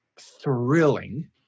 thrilling